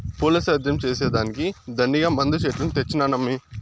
పూల సేద్యం చేసే దానికి దండిగా మందు చెట్లను తెచ్చినానమ్మీ